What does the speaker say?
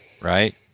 Right